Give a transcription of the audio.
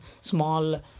small